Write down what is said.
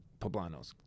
poblanos